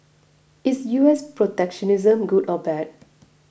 is U S protectionism good or bad